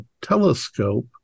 telescope